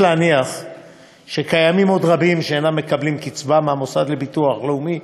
יש להניח שקיימים עוד רבים שאינם מקבלים קצבה מהמוסד לביטוח לאומי